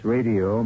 Radio